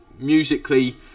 musically